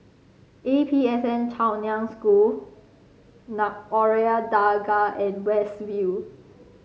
A P S N Chaoyang School Dargah and West View